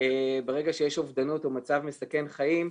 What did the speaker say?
ברגע שיש אובדנות או מצב מסכן חיים.